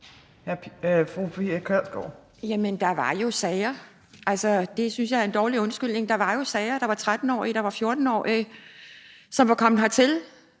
Der var jo sager, der var 13-årige, der var 14-årige, som var kommet hertil.